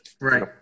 Right